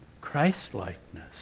Christlikeness